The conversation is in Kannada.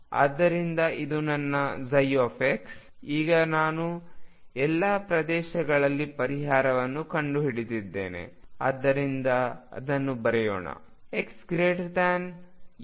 ಆದ್ದರಿಂದ ಇದು ನನ್ನ ψ ಈಗ ನಾನು ಎಲ್ಲಾ ಪ್ರದೇಶಗಳಲ್ಲಿ ಪರಿಹಾರವನ್ನು ಕಂಡುಕೊಂಡಿದ್ದೇನೆ ಆದ್ದರಿಂದ ಅದನ್ನು ಬರೆಯೋಣ